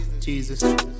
Jesus